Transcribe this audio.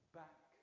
back